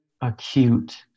acute